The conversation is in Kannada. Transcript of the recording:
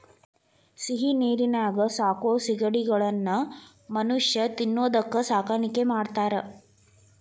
ಸಿಹಿನೇರಿನ್ಯಾಗ ಸಾಕೋ ಸಿಗಡಿಗಳನ್ನ ಮನುಷ್ಯ ತಿನ್ನೋದಕ್ಕ ಸಾಕಾಣಿಕೆ ಮಾಡ್ತಾರಾ